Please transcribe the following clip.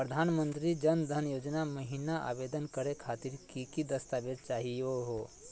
प्रधानमंत्री जन धन योजना महिना आवेदन करे खातीर कि कि दस्तावेज चाहीयो हो?